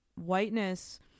whiteness